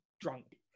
drunk